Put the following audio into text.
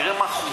תראה מה החומרה,